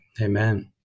Amen